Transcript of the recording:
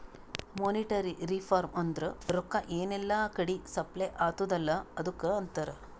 monetary reform ಅಂದುರ್ ರೊಕ್ಕಾ ಎನ್ ಎಲ್ಲಾ ಕಡಿ ಸಪ್ಲೈ ಅತ್ತುದ್ ಅಲ್ಲಾ ಅದುಕ್ಕ ಅಂತಾರ್